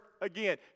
again